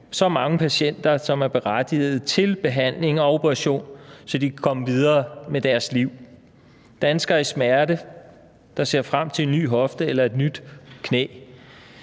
så mange patienter, som er berettiget til behandling og operation, så de kan komme videre med deres liv; danskere i smerte, der ser frem til en ny hofte eller et nyt knæ.